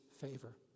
favor